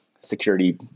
security